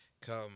come